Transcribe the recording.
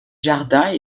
jardins